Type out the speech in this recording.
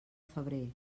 febrer